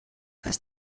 heißt